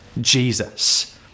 Jesus